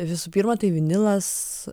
visų pirma tai vinilas